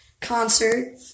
concert